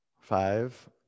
Five